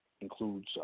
includes